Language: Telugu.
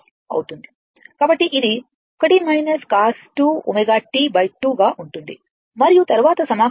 అవుతుంది కాబట్టి ఇది 1 cos 2 ω T 2 గా ఉంటుంది మరియు తరువాత సమాకలనం చేయండి